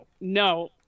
no